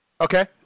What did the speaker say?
Okay